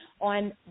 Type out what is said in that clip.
on